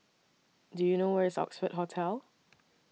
Do YOU know Where IS Oxford Hotel